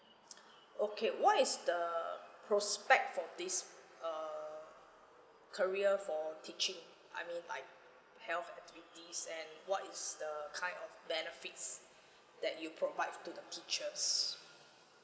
okay what is the prospect for this err career for teaching I mean like health activities and what is the kind of benefits that you provide to the teachers